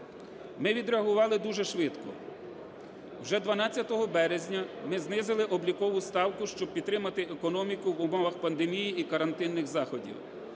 Ми відреагували дуже швидко. Вже 12 березня ми знизили облікову ставку, щоб підтримати економіку в умовах пандемії і карантинних заходів.